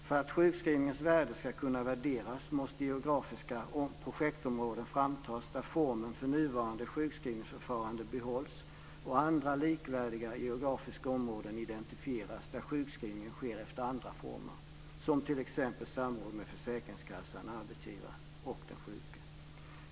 För att sjukskrivningens värde ska kunna värderas måste geografiska projektområden framtas där formen för nuvarande sjukskrivningsförfarande behålls, och andra likvärdiga geografiska områden identifieras där sjukskrivningen sker efter andra former, t.ex. ett samråd mellan försäkringskassan eller arbetsgivaren och den sjuke.